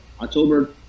October